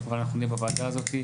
אבל אנחנו נהיה בוועדה הזאת,